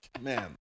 Man